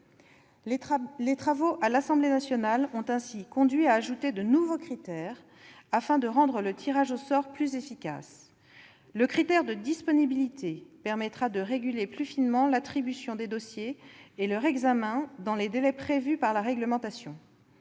Les travaux à l'Assemblée nationale ont ainsi conduit à ajouter de nouveaux critères afin de rendre le tirage au sort plus efficace. Le critère de disponibilité permettra de réguler plus finement l'attribution des dossiers et leur examen dans les délais prévus par la réglementation.